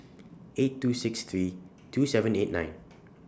eight two six three two seven eight nine